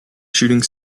shooting